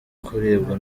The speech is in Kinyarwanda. kuribwa